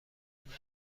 نداره